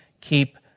keep